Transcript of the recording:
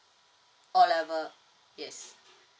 O level yes